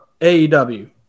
AEW